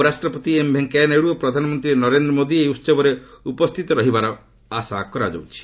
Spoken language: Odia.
ଉପରାଷ୍ଟ୍ରପତି ଏମ୍ ଭେଙ୍କୟା ନାଇଡ଼ୁ ଓ ପ୍ରଧାନମନ୍ତ୍ରୀ ନରେନ୍ଦ୍ର ମୋଦି ଏହି ଉତ୍ସବରେ ଉପସ୍ଥିତ ରହିବାର ଆଶା କରାଯାଉଛି